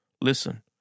Listen